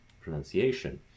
pronunciation